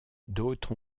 d’autres